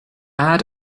add